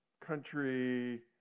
country